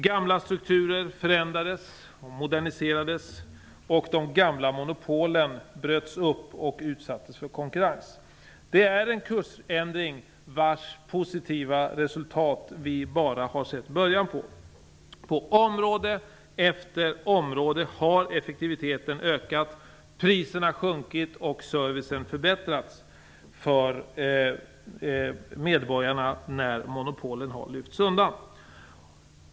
Gamla strukturer förändrades och moderniserades och de gamla monopolen bröts upp och utsattes för konkurrens. Det är en kursändring vars positiva resultat vi bara har sett början av. På område efter område har effektiviteten ökat, priserna sjunkit och servicen förbättrats för medborgarna när monopolen lyfts undan.